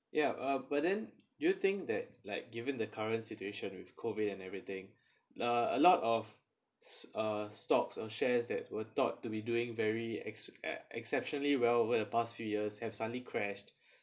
ya uh but then do you think that like given the current situation with COVID and everything a a lot of uh stocks or shares that were thought to be doing very ex~ exceptionally well over the past few years have suddenly crashed